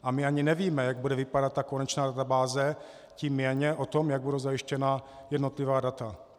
A my ani nevíme, jak bude vypadat konečná databáze, tím méně to, jak budou zajištěna jednotlivá data.